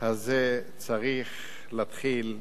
הזה צריך להתחיל לחשוב,